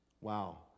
Wow